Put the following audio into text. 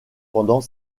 pendant